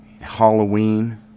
halloween